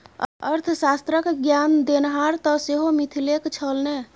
अर्थशास्त्र क ज्ञान देनिहार तँ सेहो मिथिलेक छल ने